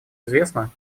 известна